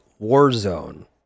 Warzone